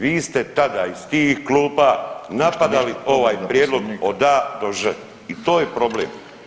Vi ste tada iz tih klupa napadali ovaj prijedlog od A do Ž i to je problem.